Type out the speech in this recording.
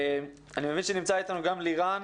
אני מבין שנמצא אתנו לירן